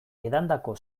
edandako